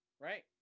right